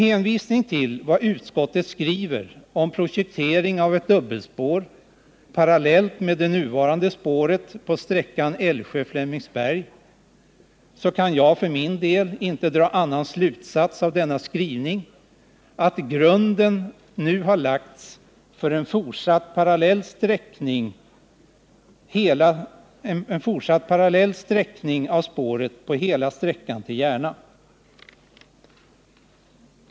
Av vad utskottet skriver om projektering av ett dubbelspår, parallellt med det nuvarande spåret, på sträckan Älvsjö-Flemingsberg kan jag för min del inte dra någon annan slutsats än att grunden nu har lagts för en fortsatt parallell sträckning av spåret på hela sträckan till Järna.